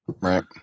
Right